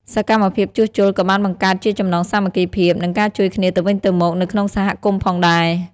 សកម្មភាពជួសជុលក៏បានបង្កើតជាចំណងសាមគ្គីភាព និងការជួយគ្នាទៅវិញទៅមកនៅក្នុងសហគមន៍ផងដែរ។